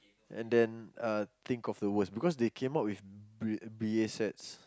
and then uh think of the worst because they came up with B B_A sets